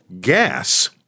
gas